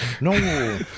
No